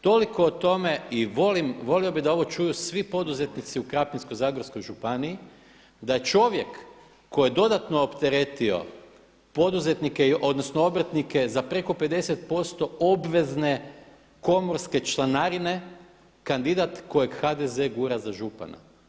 Toliko o tome i volio bih da ovo čuju svi poduzetnici u Krapinsko-zagorskoj županiji, da čovjek koji je dodatno opteretio poduzetnike, odnosno obrtnike za preko 50% obvezne komorske članarine, kandidat kojeg HDZ gura za župana.